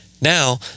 Now